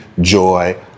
joy